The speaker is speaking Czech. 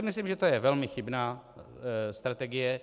Myslím si, že to je velmi chybná strategie.